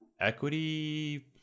Equity